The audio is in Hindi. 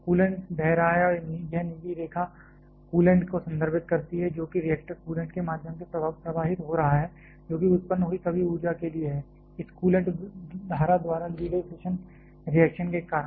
कूलेंट बह रहा है यह नीली रेखा कूलेंट को संदर्भित करती है जोकि रिएक्टर कूलेंट के माध्यम से प्रवाहित हो रहा है जो कि उत्पन्न हुई सभी ऊर्जा के लिए है इस कूलेंट धारा द्वारा ली गई फिशन रिएक्शन के कारण